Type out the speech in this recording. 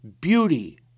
beauty